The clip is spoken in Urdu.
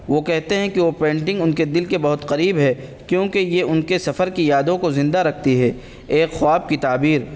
وہ کہتے ہیں کہ وہ پینٹنگ ان کے دل کے بہت قریب ہے کیونکہ یہ ان کے سفر کی یادوں کو زندہ رکھتی ہے ایک خواب کی تعبیر